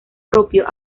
propio